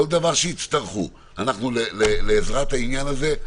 כל דבר שיצטרכו אנחנו לעזרת העניין הזה,